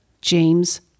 James